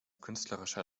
künstlerischer